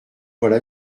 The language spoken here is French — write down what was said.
voilà